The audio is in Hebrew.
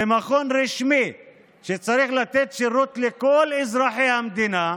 זה מכון רשמי שצריך לתת שירות לכל אזרחי המדינה,